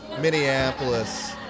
Minneapolis